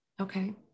Okay